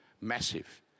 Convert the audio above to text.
Massive